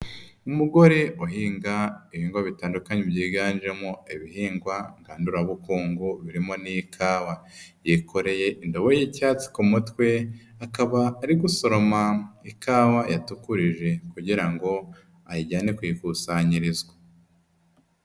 Umugore uhinga ibihingwa bitandukanye byiganjemo ibihingwa ngandurabukungu, birimo n'ikawa. Yikoreye indobo y'icyatsi ku mutwe, akaba ari gusoroma ikawa yatukurije, kugira ngo ayijyane kuyikusanyirizwa.